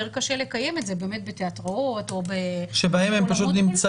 יותר קשה לקיים את זה בתיאטראות שם הם מתערבבים